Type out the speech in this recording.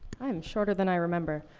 am shorter than i remember.